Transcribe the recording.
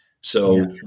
So-